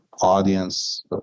audience